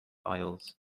files